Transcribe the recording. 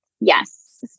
Yes